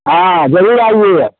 हाँ ज़रूर आइएगा